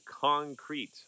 concrete